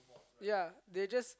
ya they just